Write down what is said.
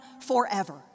forever